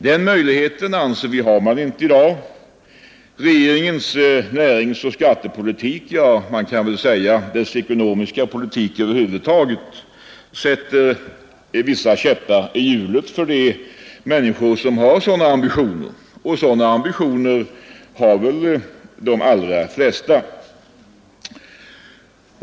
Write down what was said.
Den möjligheten har man inte i dag. Regeringens näringsoch skattepolitik — ja, dess ekonomiska politik över huvud taget — sätter käppar i hjulen för de människor som har sådana ambitioner; och det har de allra flesta.